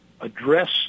address